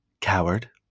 coward